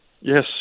Yes